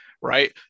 right